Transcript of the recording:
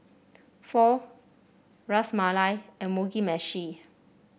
Pho Ras Malai and Mugi Meshi